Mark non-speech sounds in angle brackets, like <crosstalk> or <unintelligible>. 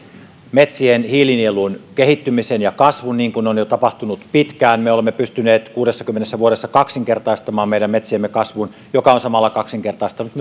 metsien hiilinielun kehittymisen ja kasvun niin kuin on jo tapahtunut pitkään me olemme pystyneet kuudessakymmenessä vuodessa kaksinkertaistamaan meidän metsiemme kasvun joka on samalla kaksinkertaistanut <unintelligible>